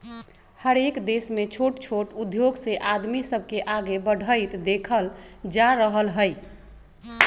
हरएक देश में छोट छोट उद्धोग से आदमी सब के आगे बढ़ईत देखल जा रहल हई